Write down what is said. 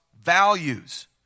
values